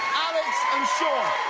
alex and sean!